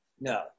No